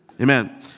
Amen